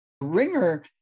ringer